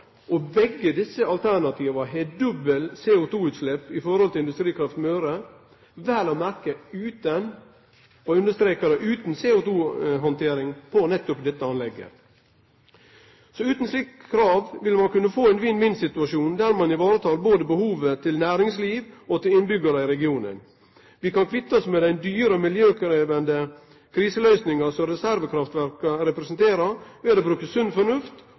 og begge desse alternativa har dobbelt CO2-utslepp i forhold til Industrikraft Møre, vel å merke utan CO2-handtering på nettopp dette anlegget! Utan eit slikt krav vil ein kunne få ein vinn-vinn-situasjon, der ein varetek behovet til både næringslivet og innbyggjarane i regionen. Vi kan kvitte oss med den dyre og miljøkrevjande kriseløysinga som reservekraftverka representerer, ved å bruke sunn fornuft